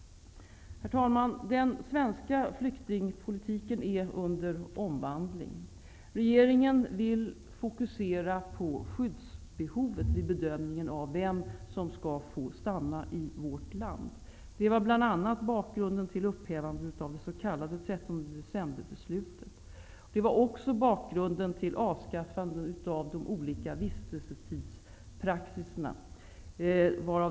Herr talman! Den svenska flyktingpolitiken är under omvandling. Regeringen vill fokusera på skyddsbehovet vid bedömningen av vem som skall få stanna i vårt land. Det var bl.a. bakgrunden till upphävandet av det s.k. 13 december-beslutet. Det var också bakgrunden till avskaffandet av den praxis som gällt vid olika vistelsetider.